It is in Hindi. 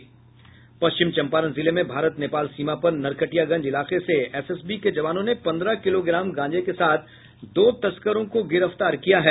पश्चिम चंपारण जिले में भारत नेपाल सीमा पर नरकटियागंज इलाके से एसएसबी के जवानों ने पन्द्रह किलोग्राम गांजा के साथ दो तस्करों को गिरफ्तार किया है